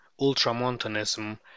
ultramontanism